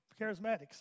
charismatics